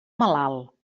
malalt